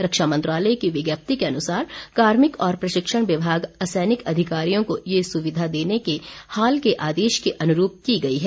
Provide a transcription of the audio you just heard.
रक्षा मंत्रालय की विज्ञप्ति के अनुसार कार्मिक व प्रशिक्षण विभाग असैनिक अधिकारियों को यह सुविधा देने के हाल के आदेश के अनुरूप की गई है